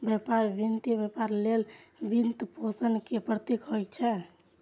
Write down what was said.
व्यापार वित्त व्यापार लेल वित्तपोषण के प्रतीक होइ छै